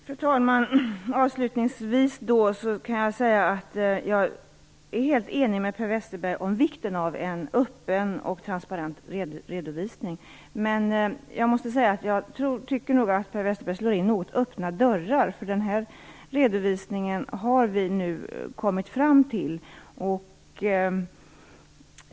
Fru talman! Avslutningsvis kan jag säga att jag är helt enig med Per Westerberg om vikten av en öppen och transparent redovisning. Men jag tycker att Per Westerberg slår in öppna dörrar, därför att den här redovisningen har vi nu kommit fram till.